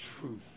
truth